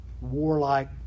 warlike